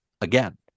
again